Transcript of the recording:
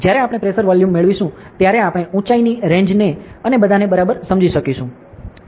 જ્યારે આપણે pressure value મેળવીશું ત્યારે આપણે ઉંચાઇની રેંજ અને બધાને બરાબર સમજી શકીશું